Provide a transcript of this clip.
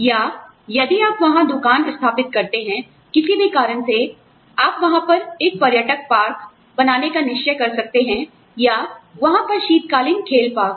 या यदि आप वहां दुकान स्थापित करते हैं किसी भी कारण से आप वहां पर एक पर्यटक पार्क बनाने का निश्चय कर सकते हैं या वहाँ पर शीतकालीन खेल पार्क